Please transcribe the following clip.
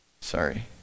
Sorry